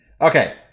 Okay